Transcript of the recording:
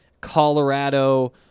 Colorado